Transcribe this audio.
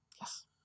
Yes